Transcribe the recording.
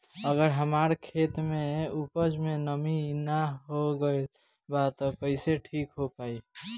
अगर हमार खेत में उपज में नमी न हो गइल बा त कइसे ठीक हो पाई?